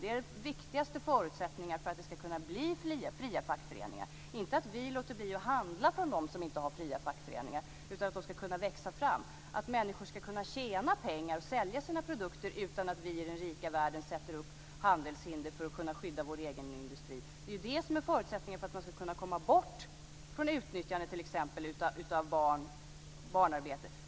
Det är den viktigaste förutsättningen för att det ska kunna bli fria fackföreningar, inte att vi låter bli att handla för dem som inte har fria fackföreningar utan att de ska kunna växa fram, att människorna ska kunna tjäna pengar och sälja sina produkter utan att vi i den rika världen sätter upp handelshinder för att skydda vår egen industri. Det är förutsättningen för att vi ska kunna komma bort från utnyttjande av t.ex. barnarbete.